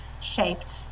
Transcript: shaped